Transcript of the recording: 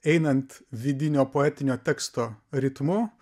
einant vidinio poetinio teksto ritmu